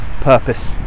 purpose